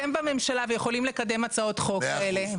אתם בממשלה ויכולים לקדם הצעות חוק כאלה.